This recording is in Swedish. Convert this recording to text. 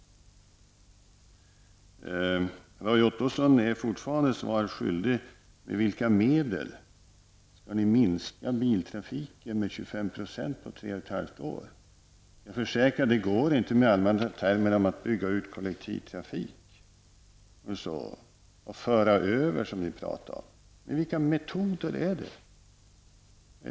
Roy Ottosson är fortfarande svaret skyldig på frågan om med vilka medel man skall minska biltrafiken med 25 % under tre och ett halvt år. Jag försäkrar att det inte går genom att använda termer om att man skall bygga ut kollektivtrafiken och så att säga föra över som ni talar om. Med vilka metoder skall vi göra det?